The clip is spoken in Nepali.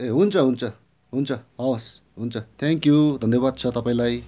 ए हुन्छ हुन्छ हुन्छ हवस् हुन्छ थ्याङ्क यू धन्यवाद छ तपाईँलाई